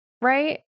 right